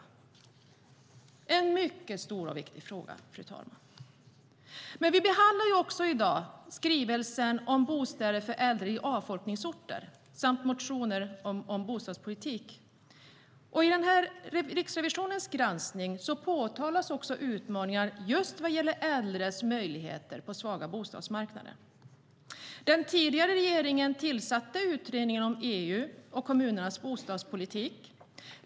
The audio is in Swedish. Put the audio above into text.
Det är en mycket stor och viktig fråga, fru talman. Vi behandlar i dag också skrivelsen om bostäder för äldre i avfolkningsorter samt motioner om bostadspolitik. I Riksrevisionens granskning påtalas utmaningar vad gäller äldres möjligheter på svaga bostadsmarknader. Den tidigare regeringen tillsatte utredningen EU & kommunernas bostadspolitik.